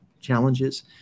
challenges